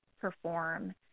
perform